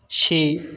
ਛੇ